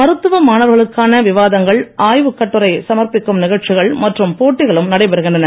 மருத்துவ மாணவர்களுக்கான விவாதங்கள் ஆய்வுக் சமர்ப்பிக்கும் நிகழ்ச்சிகள் கட்டுரை மற்றும் போட்டிகளும் நடைபெறுகின்றன